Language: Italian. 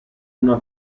una